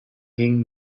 ging